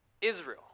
Israel